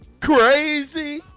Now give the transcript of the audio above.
crazy